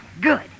Good